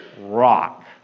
rock